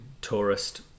tourist